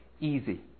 easy